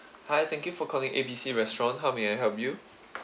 hi thank you for calling A B C restaurant how may I help you